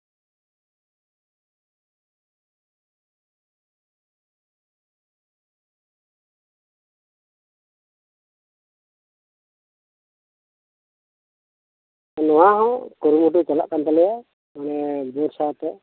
ᱱᱚᱶᱟ ᱦᱚᱸ ᱠᱩᱨᱩᱢᱩᱴᱩ ᱪᱟᱞᱟᱜ ᱠᱟᱱ ᱛᱟᱞᱮᱭᱟ ᱢᱟᱱᱮ